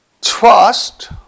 trust